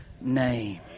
name